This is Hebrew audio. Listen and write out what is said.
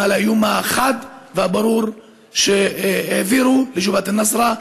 ועל האיום החד והברור שהעבירו לג'בהת א-נוסרה.